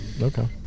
okay